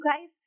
guys